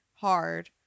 Hard